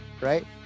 right